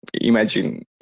imagine